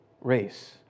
race